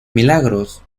milagros